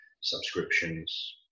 subscriptions